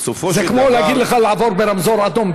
זה כמו להגיד לך לעבור ברמזור אדום.